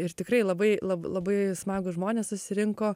ir tikrai labai lab labai smagūs žmonės susirinko